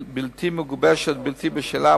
בלתי מגובשת ובלתי בשלה,